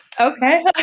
Okay